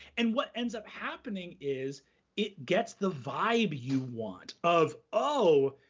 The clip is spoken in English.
and what ends up happening is it gets the vibe you want of, oh,